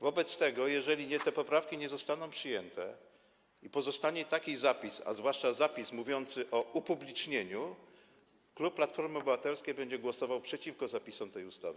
Wobec tego jeżeli te poprawki nie zostaną przyjęte i pozostaną takie zapisy, zwłaszcza zapis mówiący o upublicznieniu, klub Platformy Obywatelskiej będzie głosował przeciwko zapisom tej ustawy.